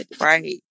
right